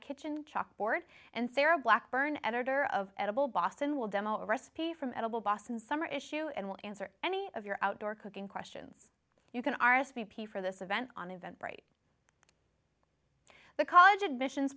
kitchen chalkboard and sarah blackburn editor of edible boston will demo a recipe from edible boston summer issue and will answer any of your outdoor cooking questions you can r s v p for this event on event rate the college admissions